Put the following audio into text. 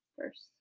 first